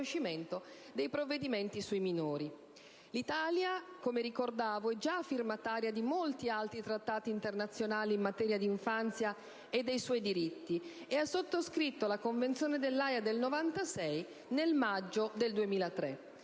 minori. Come ricordavo, l'Italia, già firmataria di molti altri trattati internazionali in materia d'infanzia e dei suoi diritti, ha sottoscritto la Convenzione dell'Aja del 1996 nel maggio del 2003,